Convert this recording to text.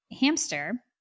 hamster